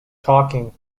talking